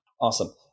Awesome